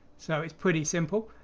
so it's pretty simple!